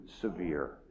severe